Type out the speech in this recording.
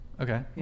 Okay